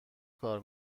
کار